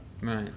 Right